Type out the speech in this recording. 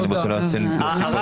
אני מדבר על עבר --- תודה.